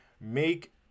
make